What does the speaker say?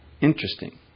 Interesting